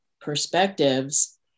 perspectives